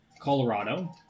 Colorado